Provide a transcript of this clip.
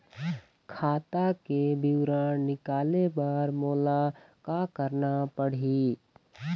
खाता के विवरण निकाले बर मोला का करना पड़ही?